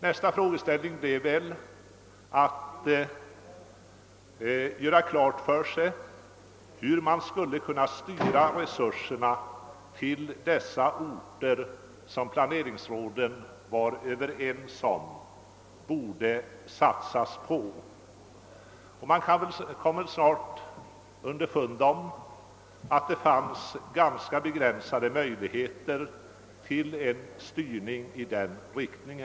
Nästa frågeställning innebar klarläggande av hur resurserna skulle kunna styras till de orter vilka enligt planeringsrådet var lämpliga att satsa på. Man kom snart underfund med att det fanns ganska begränsade möjligheter till en styrning i denna riktning.